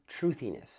truthiness